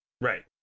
Right